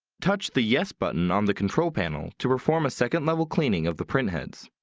touch the yes button on the control panel to perform a second level cleaning of the printheads.